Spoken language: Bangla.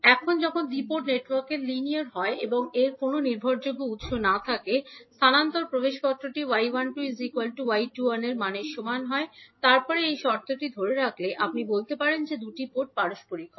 এখন যখন দ্বি পোর্ট নেটওয়ার্ক লিনিয়ার হয় এবং এর কোনও নির্ভরযোগ্য উত্স না থাকে স্থানান্তর প্রবেশপত্রটি 𝐲12 𝐲21 এর সমান হবে এবং তারপরে এই শর্তটি ধরে রাখলে আপনি বলতে পারেন যে দুটি পোর্ট পারস্পরিক হয়